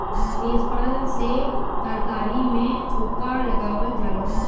तेजपात से तरकारी में छौंका लगावल जाला